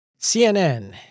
CNN